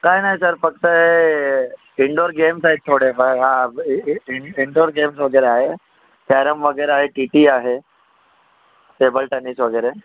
काही नाही सर फक्त इंडोर गेम्स आहेत थोडेफार हां इन इन इंडोर गेम्स वगैरे आहे कॅरम वगैरे आहे टी टी आहे टेबल टेनिस वगैरे